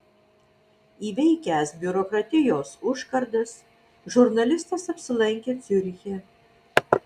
įveikęs biurokratijos užkardas žurnalistas apsilankė ciuriche